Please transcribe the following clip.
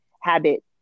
habit